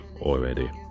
already